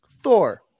Thor